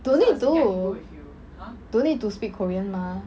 don't need know don't need to speak korean mah